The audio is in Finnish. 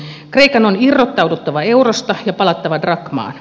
kreikan on irrottauduttava eurosta ja palattava drakmaan